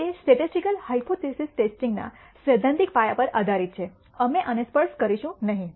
તે statistical hypothesis ટેસ્ટિંગના સૈદ્ધાંતિક પાયા પર આધારીત છે અમે આને સ્પર્શ કરીશું નહીં